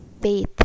faith